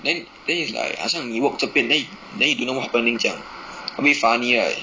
then then is like 好像你 work 这边 then you then you don't know what happeneing 这样 a bit funny right